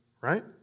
right